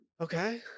Okay